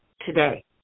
today